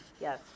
Yes